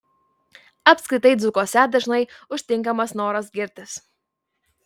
apskritai dzūkuose dažnai užtinkamas noras girtis